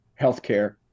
healthcare